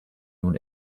nun